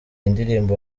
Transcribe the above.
indirimbo